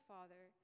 Father